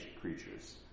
creatures